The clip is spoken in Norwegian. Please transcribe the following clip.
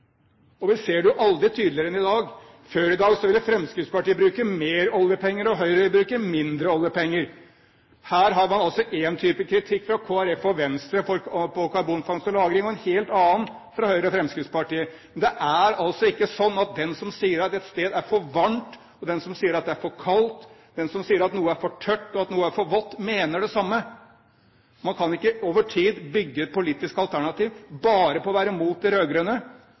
Vi ser det aldri tydeligere enn i dag. Før i dag ville Fremskrittspartiet bruke mer oljepenger, og Høyre ville bruke mindre oljepenger. Her har man altså en type kritikk fra Kristelig Folkeparti og Venstre på karbonfangst og -lagring og en helt annen fra Høyre og Fremskrittspartiet. Men det er altså ikke sånn at den som sier at et sted er for varmt, og den som sier at det er for kaldt, den som sier at noe er for tørt, og at noe er for vått, mener det samme. Man kan ikke over tid bygge et politisk alternativ bare på å være mot de